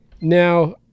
Now